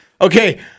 okay